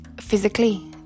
physically